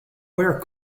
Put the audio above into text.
where